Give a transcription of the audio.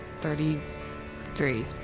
Thirty-three